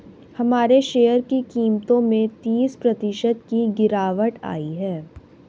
हमारे शेयर की कीमतों में तीस प्रतिशत की गिरावट आयी है